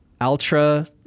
ultra